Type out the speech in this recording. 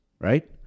right